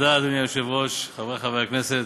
אדוני היושב-ראש, תודה, חברי חבר הכנסת,